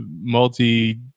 multi